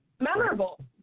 Memorable